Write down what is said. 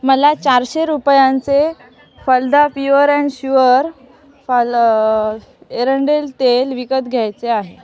मला चारशे रुपयांचे फलदा प्युअर अँड शुअर फल एरंडेल तेल विकत घ्यायचे आहे